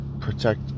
protect